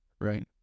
right